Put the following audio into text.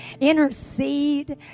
Intercede